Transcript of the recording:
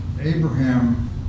Abraham